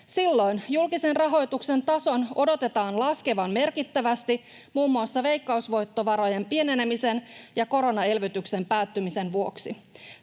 Silloin julkisen rahoituksen tason odotetaan laskevan merkittävästi muun muassa veikkausvoittovarojen pienenemisen ja koronaelvytyksen päättymisen vuoksi.